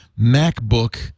MacBook